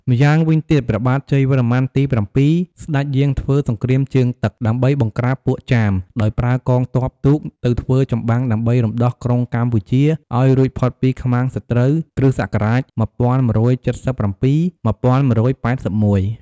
ម៉្យាវិញទៀតព្រះបាទជ័យវរ្ម័នទី៧ ស្តេចយាងធ្វើសង្គ្រាមជើងទឹក ដើម្បីបង្ក្រាបពួកចាម ដោយប្រើកងទ័ពទូកទៅធ្វើចម្បាំងដើម្បីរំដោះក្រុងកម្ពុជាឱ្យរួចផុតពីខ្មាំងសត្រូវ (គ.ស ១១៧៧-១១៨១) ។